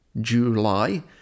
July